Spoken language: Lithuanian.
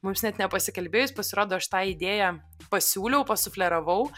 mums net nepasikalbėjus pasirodo aš tą idėją pasiūliau pasufleravau